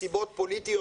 מסיבות פוליטיות,